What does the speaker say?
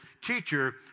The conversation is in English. Teacher